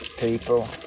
People